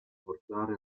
portare